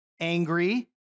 angry